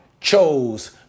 chose